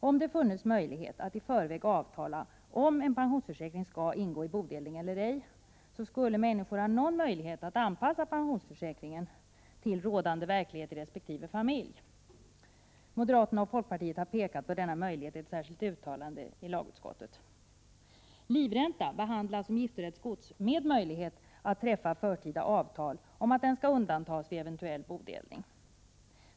Om det hade funnits möjlighet att i förväg avtala om en pensionsförsäkring skall ingå i bodelning eller ej, skulle människor ha någon möjlighet att anpassa pensionsförsäkringen till rådande verklighet i resp. familj. Moderaterna och folkpartiet har pekat på denna möjlighet i ett särskilt uttalande i lagutskottet. Livränta behandlas som giftorättsgods med möjlighet att träffa förtida avtal om att den skall undantas vid en eventuell bodelning.